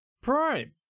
Prime